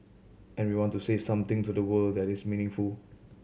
and we want to say something to the world that is meaningful